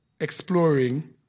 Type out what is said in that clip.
exploring